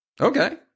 Okay